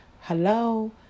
Hello